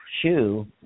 shoe